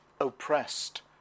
oppressed